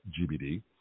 GBD